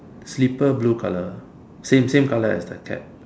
slippers blue color same color as the cap